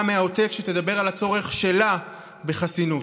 מהעוטף שמדברת על הצורך שלה בחסינות: